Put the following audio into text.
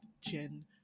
gen